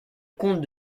comte